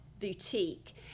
boutique